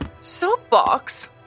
soapbox